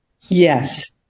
Yes